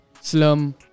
Slum